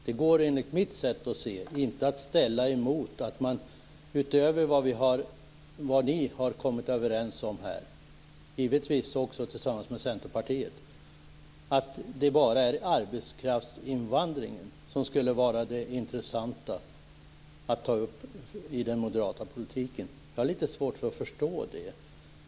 Det går enligt mitt sätt att se inte att ställa detta mot, utöver vad ni har kommit överens om här, givetvis också tillsammans med Centerpartiet, att det bara är arbetskraftsinvandringen som skulle vara det intressanta att ta upp i den moderata politiken. Jag har litet svårt att förstå det.